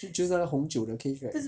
就就是那个红酒的 case right